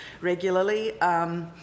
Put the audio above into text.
regularly